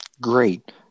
Great